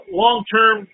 long-term